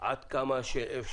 עד כמה שאפשר